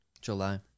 July